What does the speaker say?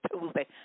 Tuesday